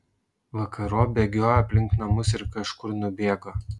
vakarop bėgiojo aplink namus ir kažkur nubėgo